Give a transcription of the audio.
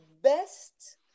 best